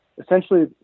Essentially